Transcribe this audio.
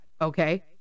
Okay